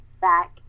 back